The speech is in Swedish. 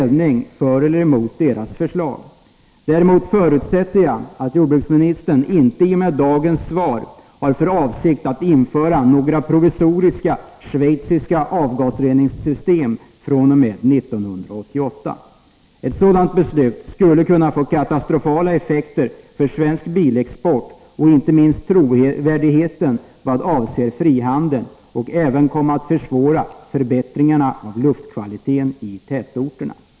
Däremot förutsätter jag att dagens svar inte innebär att jordbruksministern har för avsikt att fr.o.m. 1988 införa några provisoriska schweiziska avgasreningssystem. Ett sådant beslut skulle kunna få katastrofala effekter för svensk bilexport och inte minst för trovärdigheten i vad avser frihandeln. Det skulle även komma att försvåra möjligheterna att förbättra luftkvaliteten i tätorterna.